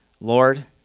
Lord